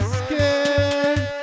scared